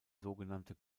sogenannte